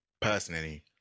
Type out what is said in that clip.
personally